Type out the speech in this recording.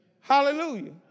Hallelujah